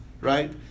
right